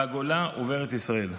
בגולה ובארץ ישראל.